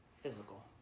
physical